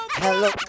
hello